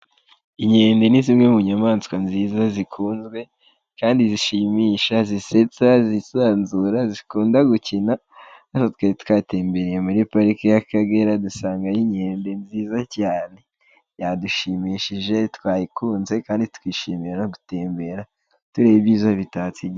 Inkende ni zimwe mu nyamaswa nziza zikunzwe kandi zishimishije, zisetsa, zisanzura, zikunda gukina, natwe twari twatembereye muri parike y'Akagera dusanga hari inkende nziza cyane, yadushimishije, twayikunze kandi twishimira gutembera tureba ibyiza bitatse igihugu.